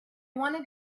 wanted